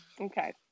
Okay